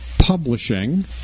Publishing